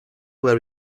where